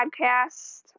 podcast